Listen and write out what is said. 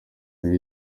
ibiri